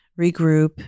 regroup